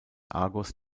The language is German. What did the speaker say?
argos